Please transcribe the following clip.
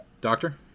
doctor